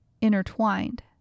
intertwined